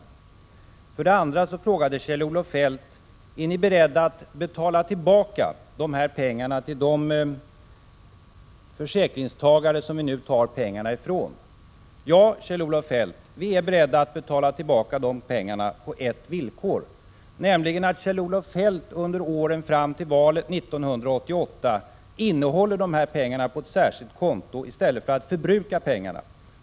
Kjell-Olof Feldts andra fråga var: Är ni beredda att betala tillbaka de här pengarna till de försäkringstagare från vilka pengarna nu tas? Ja, Kjell-Olof Feldt, vi är beredda att betala tillbaka de pengarna — på ett villkor, nämligen att Kjell-Olof Feldt under åren fram till valet 1988 innehåller pengarna på ett särskilt konto i stället för att förbruka dem.